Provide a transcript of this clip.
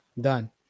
done